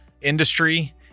industry